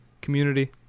community